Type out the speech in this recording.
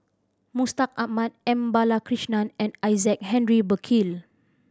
Mustaq Ahmad M Balakrishnan and Isaac Henry Burkill